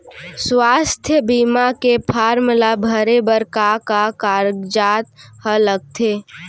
स्वास्थ्य बीमा के फॉर्म ल भरे बर का का कागजात ह लगथे?